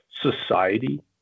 society